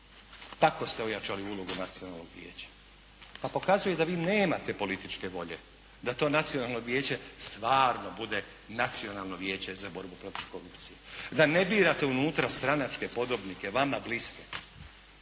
Tako ste ojačali ulogu nacionalnog vijeća. Pa pokazuje da vi nemate političke volje, da to nacionalno vijeće stvarno Nacionalno vijeće za borbu protiv korupcije, da ne birate unutra stranačke podobnike vama bliske,